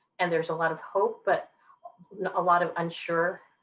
and there's a lot of hope but a lot of unsure